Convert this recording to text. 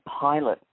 pilot